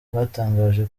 batangaje